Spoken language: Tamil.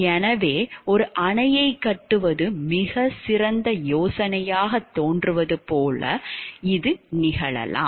எனவே ஒரு அணையைக் கட்டுவது மிகச் சிறந்த யோசனையாகத் தோன்றுவது போல் இது நிகழலாம்